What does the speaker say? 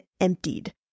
emptied